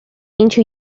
into